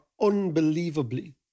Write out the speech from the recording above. unbelievably